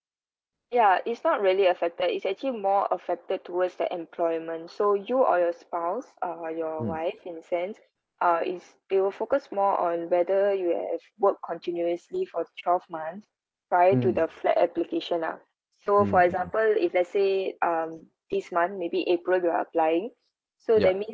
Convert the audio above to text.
ya it's not really affected it's actually more affected towards the employment so you or your spouse uh your wife in a sense uh is they will focus more on whether you have worked continuously for twelve months prior to the flat application lah so for example if let's say um this month maybe april you're applying so that means